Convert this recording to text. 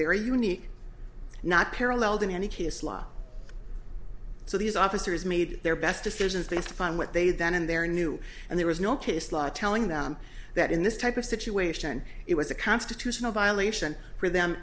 very unique not paralleled in any case law so these officers made their best decisions based upon what they did then in their new and there was no case law telling them that in this type of situation it was a constitutional violation for them